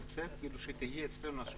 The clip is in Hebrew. המצגת נמצאת באתר הוועדה?